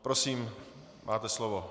Prosím, máte slovo.